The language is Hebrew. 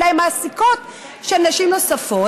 אלא הן מעסיקות של נשים נוספות,